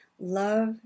love